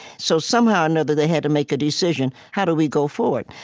so somehow or another, they had to make a decision how do we go forward?